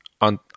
on